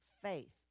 faith